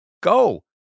Go